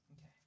Okay